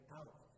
out